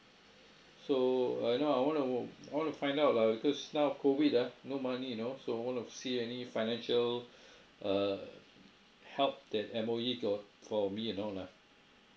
so uh you know I want to I want to find out lah because now COVID ah no money you know so I want to see any financial err help that M_O_E got for me you know or not